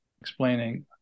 explaining